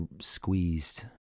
squeezed